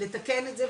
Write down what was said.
לתקן את זה,